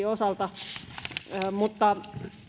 osalta mutta